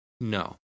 No